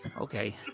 Okay